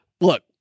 look